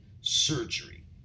surgery